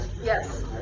Yes